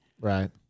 Right